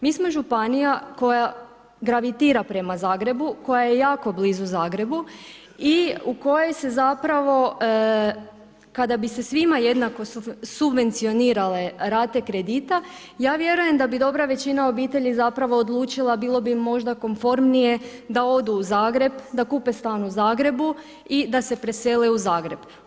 Mi smo županija koja gravitira prema Zagrebu, koja je jako blizu Zagrebu i u kojoj se zapravo kada bi se svima jednako subvencionirale rate kredita, ja vjerujem da bi dobra većina obitelji zapravo odlučila, bilo bi im možda komfornije da kupe stan u Zagrebu i da se presele u Zagreb.